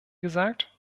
gesagt